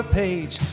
page